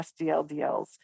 SDLDLs